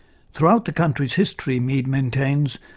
throughout the country's history, mead maintains,